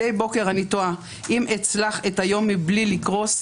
מדי בוקר אני תוהה אם אצלח את היום מבלי לקרוס,